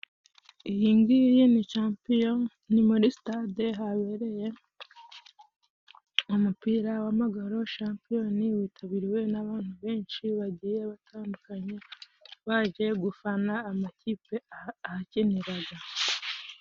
Iyi ngiyi ni shampiyoni ,ni muri stade habereye umupira w'amaguru, shampiyoni witabiriwe n'abantu benshi bagiye batandukanye, baje gufana amakipe ahakiniraga.